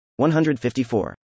154